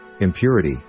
impurity